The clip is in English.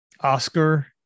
Oscar